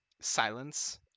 silence